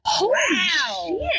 wow